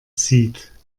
zieht